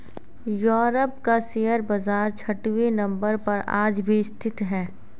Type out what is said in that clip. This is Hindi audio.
यूरोप का शेयर बाजार छठवें नम्बर पर आज भी स्थित है